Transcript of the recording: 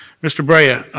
mr. brea,